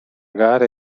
gara